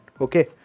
Okay